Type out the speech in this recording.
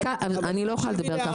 אני לא יכולה לדבר כך,